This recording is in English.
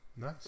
Nice